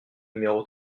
numéro